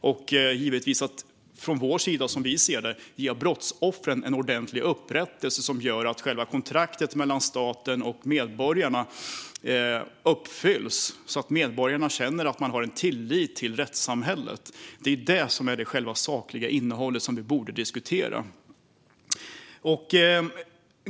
Som vi ser det ska vi ge brottsoffren ordentlig upprättelse, vilket gör att själva kontraktet mellan staten och medborgarna uppfylls så att medborgarna känner tillit till rättssamhället. Det är det som är själva sakinnehållet och det vi borde diskutera.